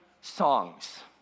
songs